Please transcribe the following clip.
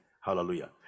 Hallelujah